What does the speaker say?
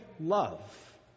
love